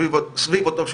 סביב אותו שולחן,